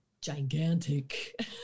gigantic